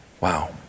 Wow